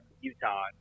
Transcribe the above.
Utah